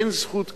אין זכות כזאת.